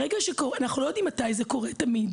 ברגע שקורה, אנחנו לא יודעים מתי זה קורה תמיד.